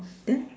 then